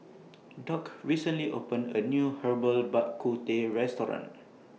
Doc recently opened A New Herbal Bak Ku Teh Restaurant